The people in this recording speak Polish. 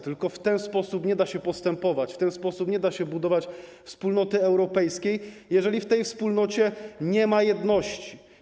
Tylko w ten sposób nie da się postępować, w ten sposób nie da się budować Wspólnoty Europejskiej, jeżeli w tej Wspólnocie nie ma jedności.